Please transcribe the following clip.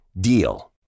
DEAL